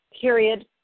period